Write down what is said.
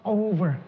over